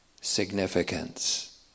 significance